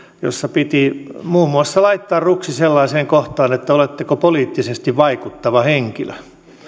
jossa piti muun muassa laittaa ruksi sellaiseen kohtaan että oletteko poliittisesti vaikuttava henkilö